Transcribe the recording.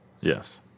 yes